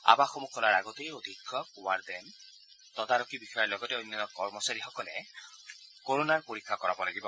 আৱাসসমূহ খোলাৰ আগতেই অধীক্ষক ৱাৰ্ডেন তদাৰকী বিষয়াৰ লগতে অন্যান্য কৰ্মচাৰীসকলে কৰণাৰ পৰীক্ষা কৰাব লাগিব